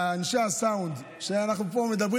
לאנשי הסאונד, לפעמים אנחנו מדברים